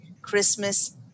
Christmas